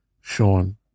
Sean